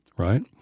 Right